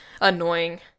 annoying